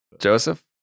Joseph